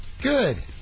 Good